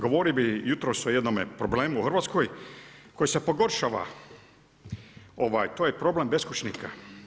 Govorio bih jutros o jednom problemu u Hrvatskoj koji se pogoršava, to je problem beskućnika.